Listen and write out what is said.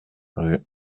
rue